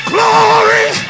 Glory